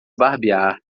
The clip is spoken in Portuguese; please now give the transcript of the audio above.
barbear